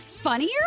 funnier